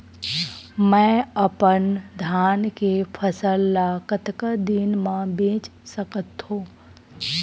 मैं अपन धान के फसल ल कतका दिन म बेच सकथो?